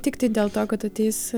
tiktai dėl to kad ateis